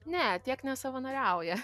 ne tiek nesavanoriauja